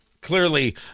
clearly